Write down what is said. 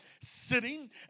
sitting